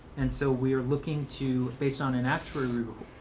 and so we are looking to, based on and actuary report,